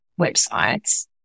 websites